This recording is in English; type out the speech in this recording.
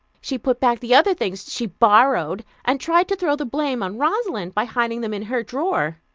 she put back the other things she borrowed, and tried to throw the blame on rosalind by hiding them in her drawer.